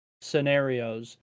scenarios